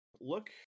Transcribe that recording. look